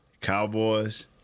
Cowboys